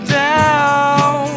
down